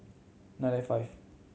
nine nine five